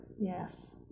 Yes